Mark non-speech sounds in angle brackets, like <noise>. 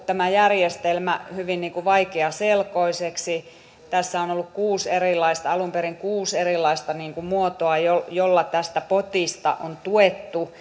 tämä järjestelmä on koettu hyvin vaikeaselkoiseksi tässä on ollut alun perin kuusi erilaista muotoa joilla joilla tästä potista on tuettu <unintelligible>